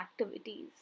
activities